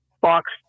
box